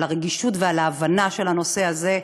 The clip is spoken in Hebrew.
על הרגישות ועל ההבנה של הנושא הזה,